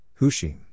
Hushim